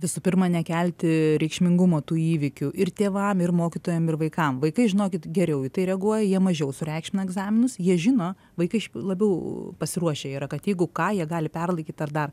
visų pirma nekelti reikšmingumo tų įvykių ir tėvam ir mokytojam ir vaikam vaikai žinokit geriau į tai reaguoja jie mažiau sureikšmina egzaminus jie žino vaikai šaip labiau pasiruošę yra kad jeigu ką jie gali perlaikyt ar dar